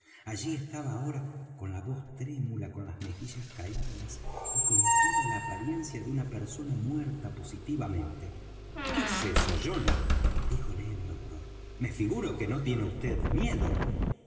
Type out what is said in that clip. allí estaba ahora con la voz trémula con las mejillas caídas y con toda la apariencia de una persona muerta positivamente qué es eso john díjole el doctor me figuro que no tiene vd miedo